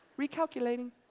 Recalculating